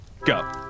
go